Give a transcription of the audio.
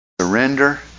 surrender